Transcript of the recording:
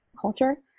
culture